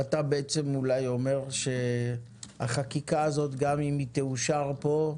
אתה אולי אומר שהחקיקה הזאת, גם אם היא תאושר כאן,